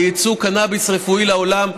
לייצא קנאביס רפואי לעולם.